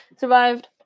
survived